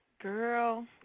Girl